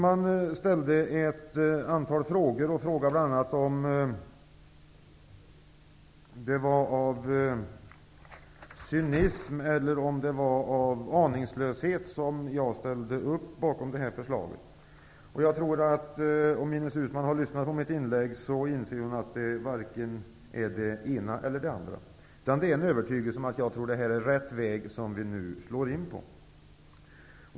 Ines Uusmann frågade bl.a. om det var av cynism eller om det var av aningslöshet som jag ställde upp bakom det här förslaget. Om Ines Uusmann har lyssnat på mitt inlägg, tror jag att hon inser att det är varken det ena eller det andra, utan det är en övertygelse om att det är rätt väg som vi nu slår in på.